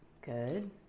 Good